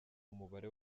umubare